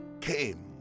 came